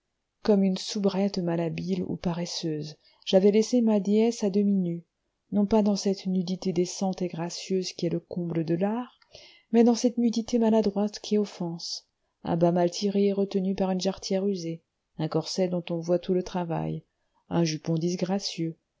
comme une soubrette malhabile ou paresseuse j'avais laissé ma déesse à demi nue non pas dans cette nudité décente et gracieuse qui est le comble de l'art mais dans cette nudité maladroite qui offense un bas mal tiré et retenu par une jarretière usée un corset dont on voit tout le travail un jupon disgracieux